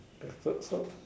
ya so so